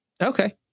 Okay